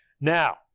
Now